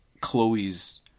Chloe's